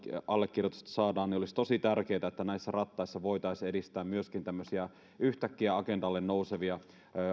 allekirjoitusta saadaan niin olisi tosi tärkeätä että näissä rattaissa voitaisiin edistää myöskin tämmöisiä yhtäkkiä agendalle nousevia